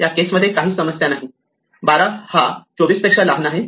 या केस मध्ये काहीच समस्या नाही 12 हा 24 पेक्षा लहान आहे